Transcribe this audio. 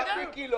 אתה הולך נגד השר?